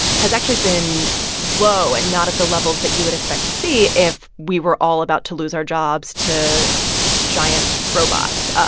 has actually been low and not at the levels that you would expect to see if we were all about to lose our jobs to giant robots. ah